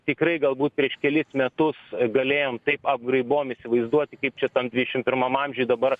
tikrai galbūt prieš kelis metus galėjom taip apgraibom įsivaizduoti kaip čia tam dvišim pirmam amžiuj dabar